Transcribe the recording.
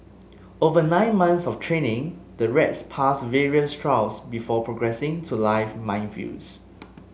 over nine months of training the rats pass various trials before progressing to live minefields